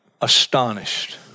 astonished